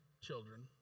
children